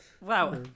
Wow